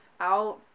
out